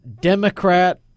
Democrat